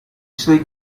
suoi